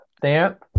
stamp